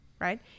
right